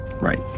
Right